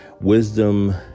wisdom